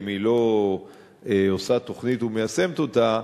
אם היא לא עושה תוכנית ומיישמת אותה,